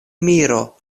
miro